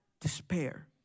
despair